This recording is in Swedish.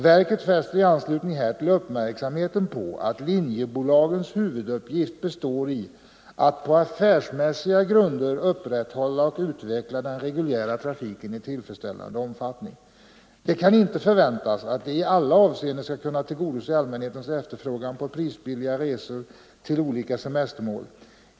Verket fäster i anslutning härtill uppmärksamheten på att linjebolagens huvuduppgift består i att på affärsmässiga grunder upprätthålla och utveckla den reguljära trafiken i tillfredsställande omfattning. Det kan inte förväntas att de i alla avseenden skall kunna tillgodose allmänhetens efterfrågan på prisbilliga resor till olika semestermål.